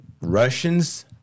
Russians